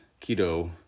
keto